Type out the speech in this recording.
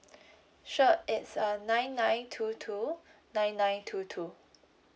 sure it's uh nine nine two two nine nine two two